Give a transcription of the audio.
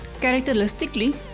characteristically